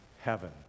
heaven